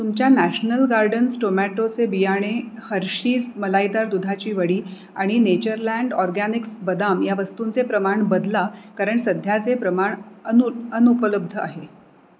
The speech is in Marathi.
तुमच्या नॅशनल गार्डन्स टोमॅटोचे बियाणे हर्षीज मलाईदार दुधाची वडी आणि नेचरलँड ऑर्गॅनिक्स बदाम या वस्तूंचे प्रमाण बदला कारण सध्याचे प्रमाण अनु अनुपलब्ध आहे